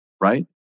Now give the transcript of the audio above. right